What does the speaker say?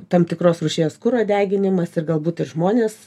tam tikros rūšies kuro deginimas ir galbūt ir žmonės